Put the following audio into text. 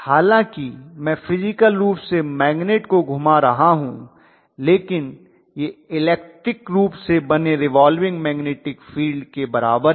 हालांकि मैं फिज़िकल रूप से मैग्निट को घुमा रहा हूं लेकिन यह इलेक्ट्रिक रूप से बने रिवाल्विंग मैग्नेटिक फील्ड के बराबर है